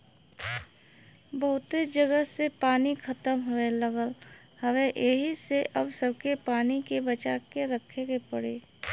बहुते जगह से पानी खतम होये लगल हउवे एही से अब सबके पानी के बचा के रखे के पड़ी